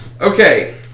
Okay